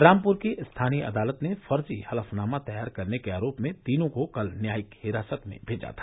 रामपुर की स्थानीय अदालत ने फर्जी हलफनामा तैयार करने के आरोप में तीनों को कल न्यायिक हिरासत में भेजा था